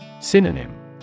Synonym